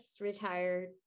retired